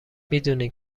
میدونین